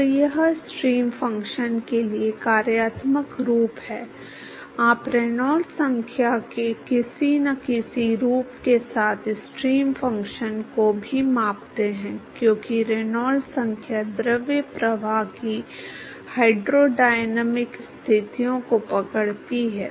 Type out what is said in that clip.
तो यह stream function के लिए कार्यात्मक रूप है आप रेनॉल्ड्स संख्या के किसी न किसी रूप के साथ स्ट्रीम फ़ंक्शन को भी मापते हैं क्योंकि रेनॉल्ड्स संख्या द्रव प्रवाह की हाइड्रोडायनामिक स्थितियों को पकड़ती है